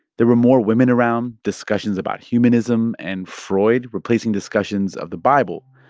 there were more women around, discussions about humanism and freud replacing discussions of the bible.